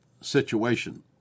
situation